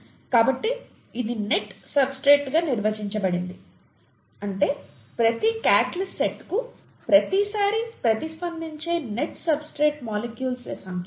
కాబట్టి ఇది net substrate గా నిర్వచించబడింది అంటే ప్రతి క్యాటలిస్ట్ సైట్కు ప్రతిసారీ ప్రతిస్పందించే నెట్ సబ్స్ట్రేట్ మాలిక్యూల్స్ ల సంఖ్య